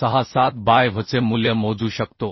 67 by Vचे मूल्य मोजू शकतो